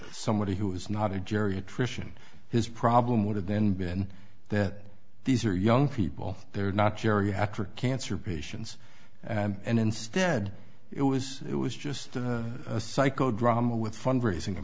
somebody who is not a geriatrician his problem would have then been that these are young people they're not geriatric cancer patients and instead it was it was just a psycho drama with fundraising